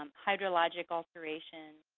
um hydrological alteration,